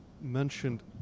mentioned